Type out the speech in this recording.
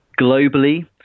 Globally